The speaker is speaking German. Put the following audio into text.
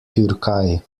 türkei